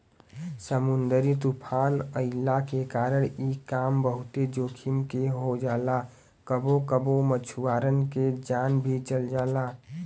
समुंदरी तूफ़ान अइला के कारण इ काम बहुते जोखिम के हो जाला कबो कबो मछुआरन के जान भी चल जाला